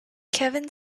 kevin